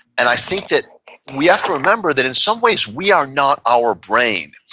and i think that we have to remember that in some ways, we are not our brain.